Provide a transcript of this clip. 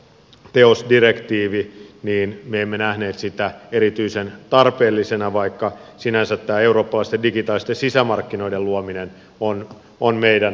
myöskään tätä orpoteosdirektiiviä me emme nähneet erityisen tarpeellisena vaikka sinänsä tämä eurooppalaisten digitaalisten sisämarkkinoiden luominen on meidän tavoitteissamme